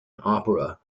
opera